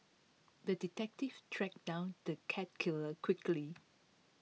the detective tracked down the cat killer quickly